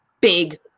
big